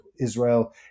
Israel